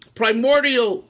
primordial